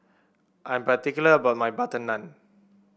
I'm particular about my butter naan